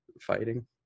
fighting